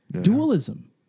Dualism